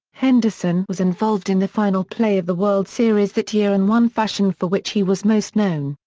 henderson was involved in the final play of the world series that year in one fashion for which he was most known,